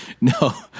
No